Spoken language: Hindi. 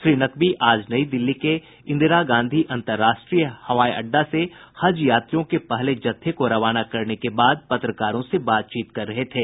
श्री नकवी आज नई दिल्ली के इंदिरा गांधी अंतरराष्ट्रीय हवाई अड्डा से हज यात्रियों के पहले जत्थे को रवाना करने के बाद पत्रकारों से बातचीत कर रहे थे